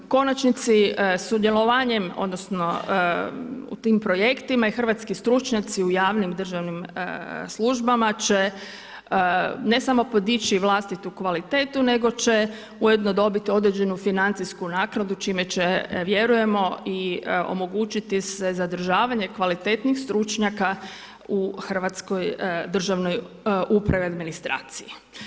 U konačnici, sudjelovanjem odnosno u projektima i hrvatski stručnjaci u javnim državnim službama će ne samo podiči vlastitu kvalitetu nego će ujedno dobiti određenu financijsku naknadu čime će vjerujemo, i omogućiti se zadržavanje stručnjaka u hrvatskoj državnoj upravi i administraciji.